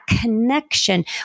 connection